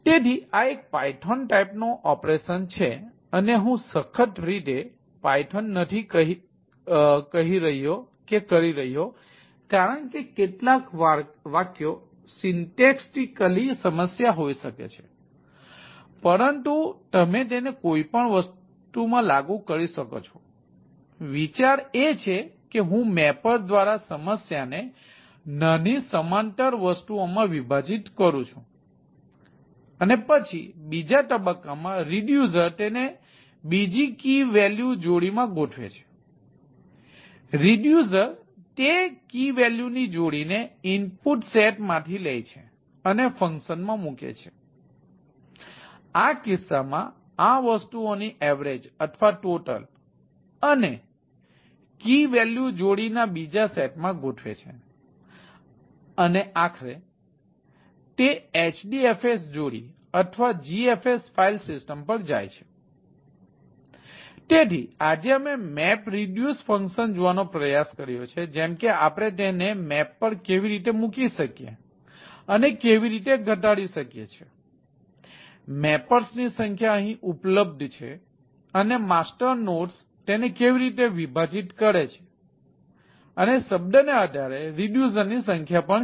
તેથી આ એક પાયથોન ટાઈપ નો ઓપરેશન છે અને હું સખ્ત રીતે પાયથોન નથી કહી રહ્યો કારણ કે કેટલાક વાક્યો સર્જનાત્મક માં મૂકે છે આ કિસ્સામાં આ વસ્તુઓની અવેરેજ અથવા ટોટલ અને કી વૅલ્યુ જોડીના બીજા સેટમાં ગોઠવે છે અને આખરે તે HDFS જોડી અથવા GFS ફાઇલ સિસ્ટમ પર જાય છે તેથી આજે અમે મેપરિડ્યુસ ની સંખ્યા પણ છે